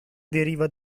deriva